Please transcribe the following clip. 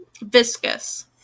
Viscous